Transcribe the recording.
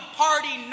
party